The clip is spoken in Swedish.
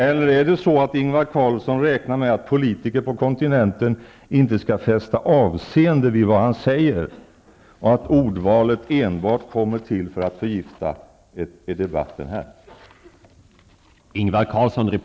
Eller räknar Ingvar Carlsson med att politiker på kontinenten inte skall fästa avseende vid vad hans säger och att ordvalet kommer till enbart för att förgifta debatten här?